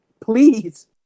please